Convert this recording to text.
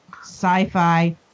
sci-fi